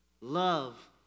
Love